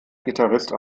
gitarrist